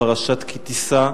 פרשת כי תשא,